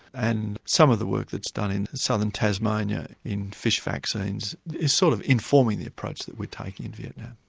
and some of the work that's done in southern tasmania in fish vaccines is sort of informing the approach we're taking in vietnam.